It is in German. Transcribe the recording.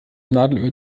nadelöhr